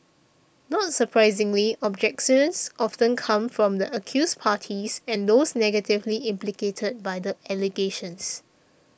not surprisingly objections often come from the accused parties and those negatively implicated by the allegations